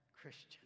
Christian